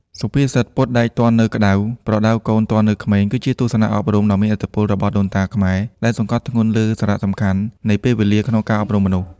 សុភាសិត «ពត់ដែកទាន់នៅក្ដៅ ប្រដៅកូនទាន់នៅក្មេង» គឺជាទស្សនៈអប់រំដ៏មានឥទ្ធិពលរបស់ដូនតាខ្មែរ ដែលសង្កត់ធ្ងន់លើសារៈសំខាន់នៃពេលវេលាក្នុងការអប់រំមនុស្ស។